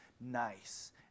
nice